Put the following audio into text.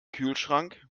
kühlschrank